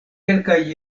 kelkaj